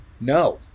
No